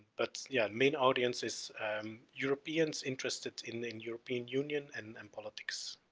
but yeah main audience is europeans interested in, in european union, and and politics.